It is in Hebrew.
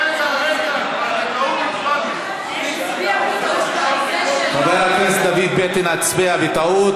ההצעה להפוך את הצעת חוק הנצחת זכרם של קורבנות הטבח בכפר קאסם,